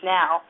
now